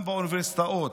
גם באוניברסיטאות.